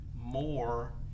more